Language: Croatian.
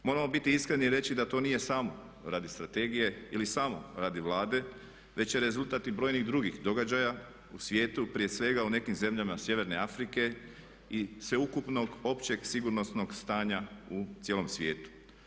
Moramo biti iskreni i reći da to nije samo radi strategije ili samo radi Vlade već je rezultat i brojnih drugih događaja u svijetu, prije svega u nekim zemljama sjeverne Afrike i sveukupnog općeg, sigurnosnog stanja u cijelom svijetu.